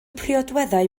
priodweddau